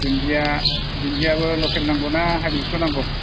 दुनदिया दुनदियाबो लखेल नांगौना हाइब्रिदखौ नांगौ